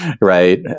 right